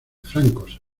francos